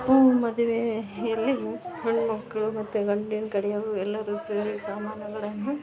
ಹ್ಞೂಂ ಮದುವೆಯಲ್ಲಿಯೂ ಹೆಣ್ಮಕ್ಳು ಮತ್ತು ಗಂಡಿನ ಕಡೆಯವರು ಎಲ್ಲರೂ ಸೇರಿ ಸಾಮಾನುಗಳನ್ನು